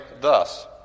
thus